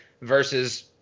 versus